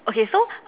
okay so